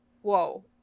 Whoa